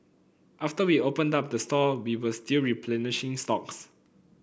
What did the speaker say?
after we opened up the store we were still replenishing stocks